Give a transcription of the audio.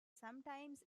sometimes